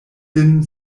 sin